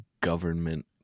government